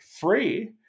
free